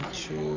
two